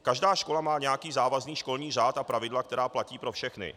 Každá škola má nějaký závazný školní řád a pravidla, která platí pro všechny.